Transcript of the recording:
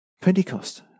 Pentecost